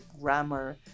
grammar